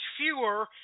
fewer